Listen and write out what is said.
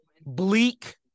bleak